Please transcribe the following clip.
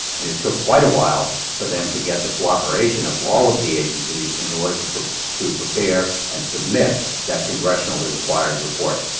and it took quite a while for them to get the cooperation of all of the agencies in in order to to prepare and submit that congressionally-required report.